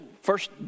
first